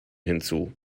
hinzu